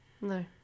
No